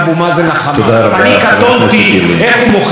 ועם ישראל לא רואה מה קורה בעוטף עזה.